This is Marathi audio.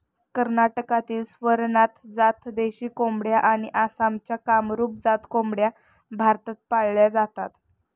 कर्नाटकातील स्वरनाथ जात देशी कोंबड्या आणि आसामच्या कामरूप जात कोंबड्या भारतात पाळल्या जातात